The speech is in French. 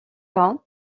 pas